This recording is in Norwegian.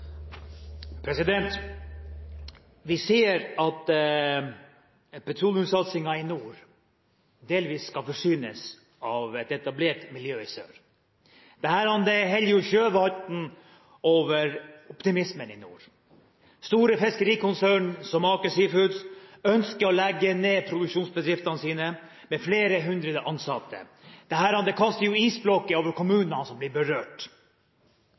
Vi ser at petroleumssatsingen i nord delvis skal forsynes av et etablert miljø i sør. Dette heller jo sjøvann over optimismen i nord. Store fiskerikonsern som Aker Seafoods ønsker å legge ned produksjonsbedriftene sine med flere hundre ansatte. Dette kaster jo isblokker over kommunene som blir berørt.